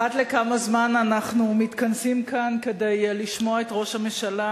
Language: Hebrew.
אחת לכמה זמן אנחנו מתכנסים כאן כדי לשמוע את ראש הממשלה,